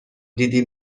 دیدی